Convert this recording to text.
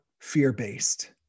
fear-based